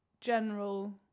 general